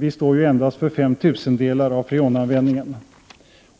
Vi står ju endast för 5/1000 av freonanvändningen.